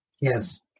yes